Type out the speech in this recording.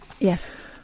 Yes